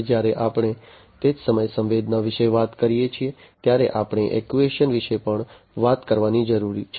હવે જ્યારે આપણે તે જ સમયે સંવેદના વિશે વાત કરીએ છીએ ત્યારે આપણે એક્યુએશન વિશે પણ વાત કરવાની જરૂર છે